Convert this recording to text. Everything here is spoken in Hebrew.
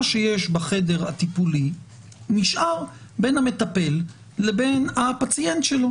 שיש בחדר הטיפולי נשאר בין המטפל לפציינט שלו,